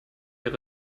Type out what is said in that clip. ihre